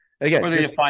Again